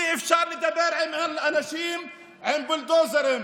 אי-אפשר לדבר עם אנשים עם בולדוזרים.